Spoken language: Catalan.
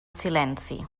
silenci